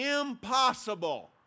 Impossible